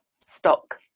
stock